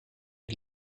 het